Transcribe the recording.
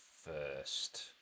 first